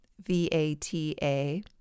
V-A-T-A